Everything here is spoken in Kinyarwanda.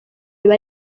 biba